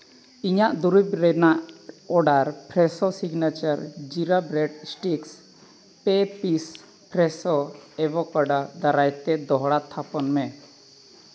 ᱤᱧᱟᱹᱜ ᱫᱩᱨᱤᱵ ᱨᱮᱱᱟᱜ order Fresho signature jeera bread sticks ᱯᱮ ᱯᱤᱥ ᱯᱷᱨᱮᱥᱳ ᱮᱵᱳᱠᱚᱰᱟ ᱫᱟᱨᱟᱭ ᱛᱮ ᱫᱚᱦᱲᱟ ᱛᱷᱟᱯᱚᱱ ᱢᱮ